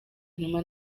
inyuma